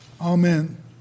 Amen